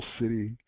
city